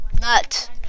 NUT